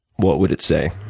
what would it say?